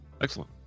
Excellent